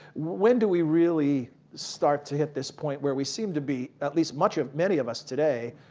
when do we really start to hit this point where we seem to be at least much of many of us today,